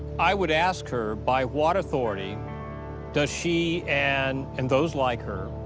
i would ask her by what authority does she and and those like her